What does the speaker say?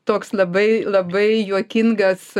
toks labai labai juokingas